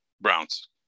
Browns